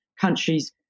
countries